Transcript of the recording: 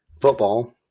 football